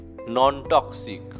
non-toxic